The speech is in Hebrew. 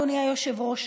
אדוני היושב-ראש,